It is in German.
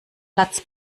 platz